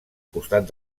costat